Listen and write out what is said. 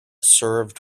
served